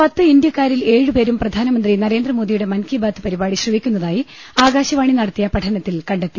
പത്ത് ഇന്ത്യക്കാരിൽ ഏഴുപേരും പ്രധാനമന്ത്രി നരേന്ദ്രമോദിയുടെ മൻകി ബാത് പരിപാടി ശ്രവിക്കുന്നതായി ആകാശവാണി നടത്തിയ പഠ നത്തിൽ കണ്ടെത്തി